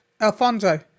Alfonso